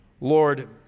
Lord